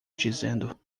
dizendo